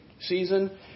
season